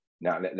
Now